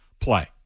play